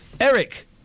Eric